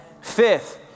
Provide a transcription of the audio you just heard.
Fifth